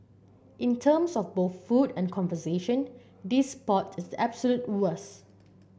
in terms of both food and conversation this spot is absolute worst